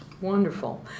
Wonderful